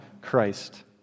Christ